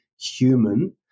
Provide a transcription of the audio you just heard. human